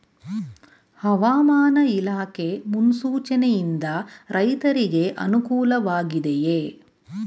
ಹವಾಮಾನ ಇಲಾಖೆ ಮುನ್ಸೂಚನೆ ಯಿಂದ ರೈತರಿಗೆ ಅನುಕೂಲ ವಾಗಿದೆಯೇ?